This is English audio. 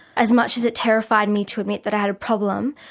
as much as it terrified me to admit that i had a problem,